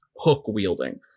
hook-wielding